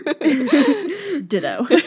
Ditto